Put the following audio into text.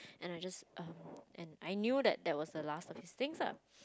and I just um and I knew that that was the last of his things lah